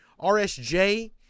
RSJ